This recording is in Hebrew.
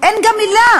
אין עילה